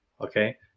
Okay